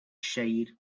shade